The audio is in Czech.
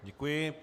Děkuji.